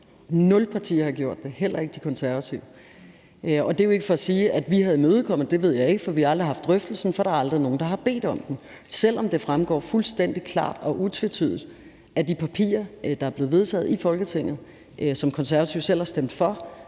Nul partier har gjort det, heller ikke Konservative. Og det er jo ikke for at sige, at vi havde imødekommet det, for det ved jeg ikke. Vi har aldrig haft drøftelsen, for der er aldrig nogen, der har bedt om det, selv om det fremgår fuldstændig klart og utvetydigt af det, der er blevet vedtaget i Folketinget, og som Konservative selv har stemt for,